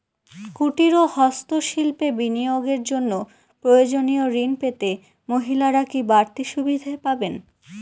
কুটীর ও হস্ত শিল্পে বিনিয়োগের জন্য প্রয়োজনীয় ঋণ পেতে মহিলারা কি বাড়তি সুবিধে পাবেন?